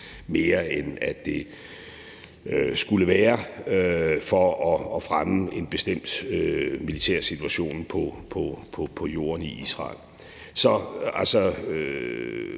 end at det skulle være for at fremme en bestemt militær situation på jorden i Israel.